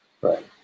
Right